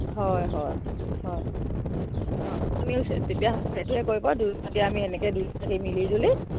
হয় হয় হয় অঁ আপুনিও তেতিয়া সেইটোৱে কৰিব দুয়োগৰাকী আমি সেনেকৈ দুয়োগৰাকী মিলিজুলি